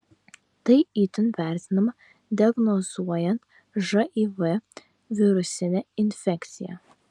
tai itin vertinama diagnozuojant živ virusinę infekciją